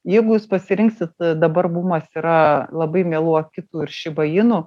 jeigu jūs pasirinksit dabar bumas yra labai mielų akitų ir šibajinų